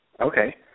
Okay